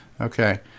Okay